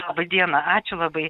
laba diena ačiū labai